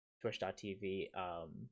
Twitch.tv